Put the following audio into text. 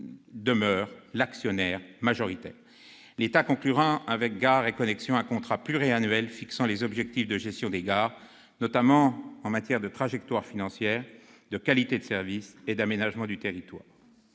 demeurer l'actionnaire majoritaire. L'État conclura avec Gares & Connexions un contrat pluriannuel fixant des objectifs de gestion des gares, notamment en matière de trajectoire financière, de qualité de service et d'aménagement du territoire.